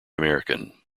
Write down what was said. african